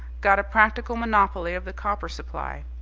got a practical monopoly of the copper supply.